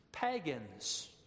pagans